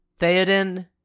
Theoden